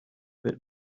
bit